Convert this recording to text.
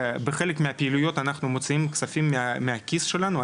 בחלק מהפעילויות אנחנו מוציאים כספים מהכיס שלנו,